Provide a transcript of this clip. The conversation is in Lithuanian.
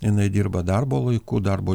jinai dirba darbo laiku darbo